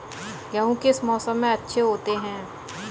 गेहूँ किस मौसम में अच्छे होते हैं?